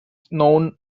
known